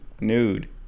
nude